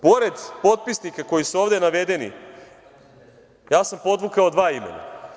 Pored potpisnika koji su ovde navedeni, ja sam podvukao dva imena.